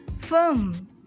firm